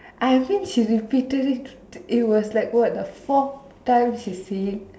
I mean she repeated it it was like what the fourth time she is saying